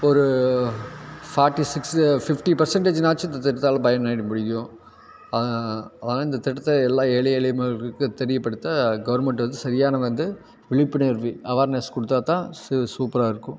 ஒரு forty six fifty பெர்ஸண்டேஜ்ஜின்னுனாச்சும் இந்த திட்டத்தால் பயனடைய பிடிக்கும் அதனால இந்த திட்டத்தை எல்லா ஏழை எளிய மக்களுக்கும் தெரியப்படுத்த கவர்மெண்ட் வந்து சரியான வந்து விழிப்புணர்வு அவேர்னஸ் கொடுத்தாதான் சு சூப்பராக இருக்கும்